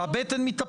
היום כל פקודה,